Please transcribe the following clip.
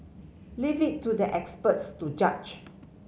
leave it to the experts to judge